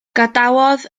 gadawodd